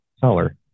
seller